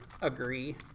agree